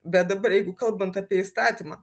bet dabar jeigu kalbant apie įstatymą